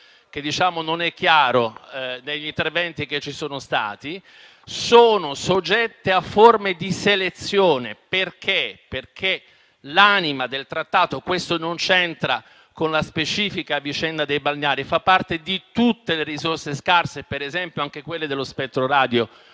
che non è chiaro negli interventi che ci sono stati), sono soggette a forme di selezione e - questo non c'entra con la specifica vicenda dei balneari, ma fa parte di tutte le risorse scarse, ad esempio quelle dello spettro radio,